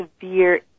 severe